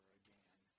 again